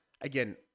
again